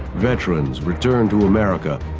veterans returned to america,